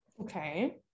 Okay